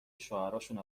شوهراشون